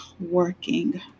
working